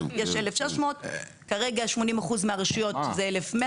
יש 1,600. כרגע 80% מהרשויות זה 1,100